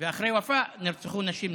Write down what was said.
אחרי ופא נרצחו נשים נוספות.